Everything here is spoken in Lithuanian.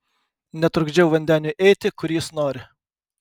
netrukdžiau vandeniui eiti kur jis nori